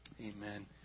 Amen